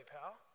pal